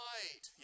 Right